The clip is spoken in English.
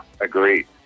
agreed